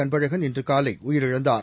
Anbazhagan இன்றுகாலைஉயிரிழந்தார்